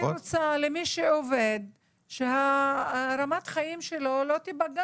אני רוצה שרמת החיים של מי שעובד לא תיפגע,